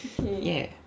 ya